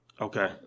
Okay